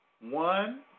one